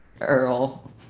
earl